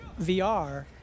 VR